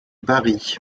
bari